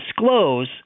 disclose